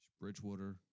Bridgewater